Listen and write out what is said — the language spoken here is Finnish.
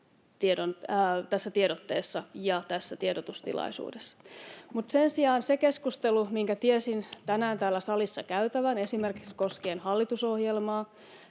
meidän tiedotteessamme ja tässä tiedotustilaisuudessa. Mutta sen sijaan se keskustelu, minkä tiesin tänään täällä salissa käytävän esimerkiksi koskien hallitusohjelmaa,